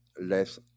less